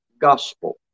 Gospel